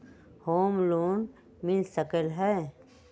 Home loan मिल सकलइ ह?